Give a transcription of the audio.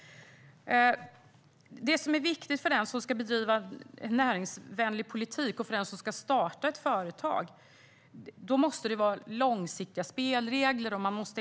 Det som är viktigt för den som ska bedriva näringsvänlig politik, och även för den som ska starta ett företag, är att det är långsiktiga spelregler.